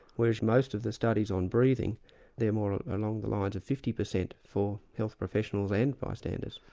whereas most of the studies on breathing they're more along the lines of fifty percent for health professionals and bystanders.